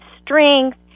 strength